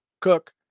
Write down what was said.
cook